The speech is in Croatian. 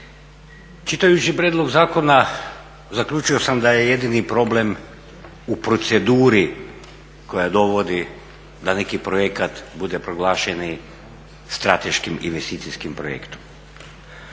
Čitajući prijedlog zakona zaključio sam da je jedini problem u proceduri koja dovodi da neki projekat bude proglašeni strateški investicijskim projektom.